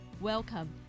Welcome